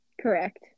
Correct